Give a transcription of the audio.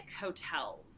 hotels